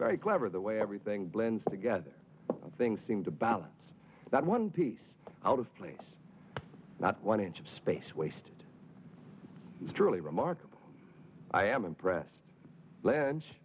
very clever the way everything blends together things seem to balance that one piece out of place not one inch of space waste is truly remarkable i am impressed blanch